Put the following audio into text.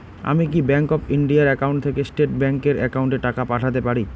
আমি কি Bank of India এর একাউন্ট থেকে স্টেট ব্যাংক এর একাউন্টে টাকা পাঠাতে পারি?